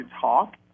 talk